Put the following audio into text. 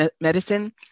medicine